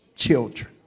children